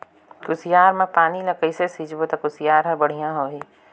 कुसियार मा पानी ला कइसे सिंचबो ता कुसियार हर बेडिया होही?